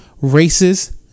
Races